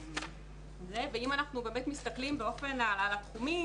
אם אנחנו באמת מסתכלים על התחומים,